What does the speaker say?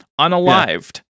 unalived